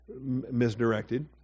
misdirected